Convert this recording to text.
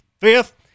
fifth